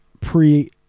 pre-